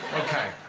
ok.